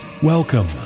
Welcome